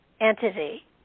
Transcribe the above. entity